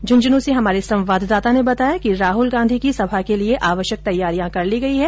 झुंझुनू से हमारे संवाददाता ने बताया कि राहुल गांधी की सभा के लिये आवश्यक तैयारियां कर ली गई है